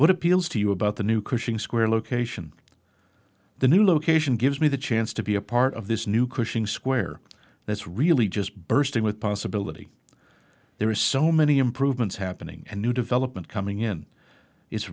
what appeals to you about the new cushing square location the new location gives me the chance to be a part of this new cushing square that's really just bursting with possibility there is so many improvements happening and new development coming in i